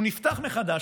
הוא נפתח מחדש.